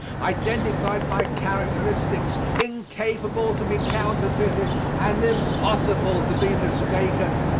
identified by characteristics incapable to be counterfeited and impossible to be mistaken.